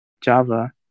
Java